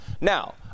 Now